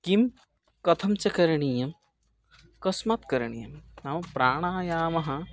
किं कथं च करणीयं कस्मात् करणीयं नाम प्राणायामः